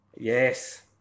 Yes